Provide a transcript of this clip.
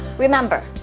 remember,